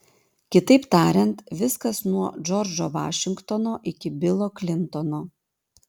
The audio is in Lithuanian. kitaip tariant viskas nuo džordžo vašingtono iki bilo klintono